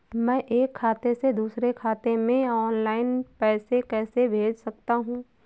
मैं एक खाते से दूसरे खाते में ऑनलाइन पैसे कैसे भेज सकता हूँ?